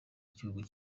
ry’igihugu